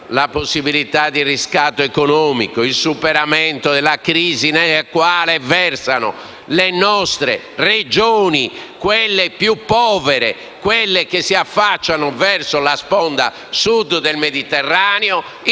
la possibilità di riscatto economico e il superamento della crisi nella quale versano le nostre Regioni più povere che si affacciano verso la sponda Sud del Mediterraneo